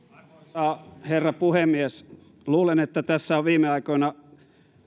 arvoisa herra puhemies luulen että tässä on viime aikoina